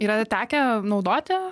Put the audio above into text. yra tekę naudoti